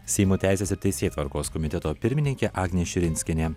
seimo teisės ir teisėtvarkos komiteto pirmininkė agnė širinskienė